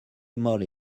moly